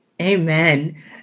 Amen